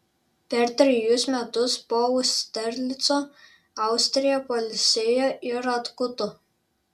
per trejus metus po austerlico austrija pailsėjo ir atkuto